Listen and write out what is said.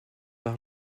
par